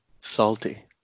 Salty